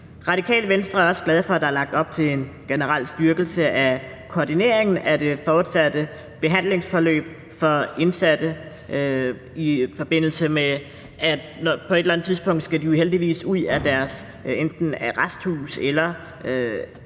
Radikale Venstre er også glad for, at der er lagt op til en generel styrkelse af koordineringen af det fortsatte behandlingsforløb for indsatte, i forbindelse med at de på et eller andet tidspunkt jo heldigvis skal ud af enten arresthuset eller ikke længere er